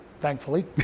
thankfully